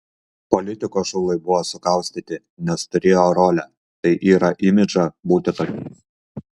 politikos šulai būdavo sukaustyti nes turėjo rolę tai yra imidžą būti tokiais